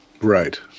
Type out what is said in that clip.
Right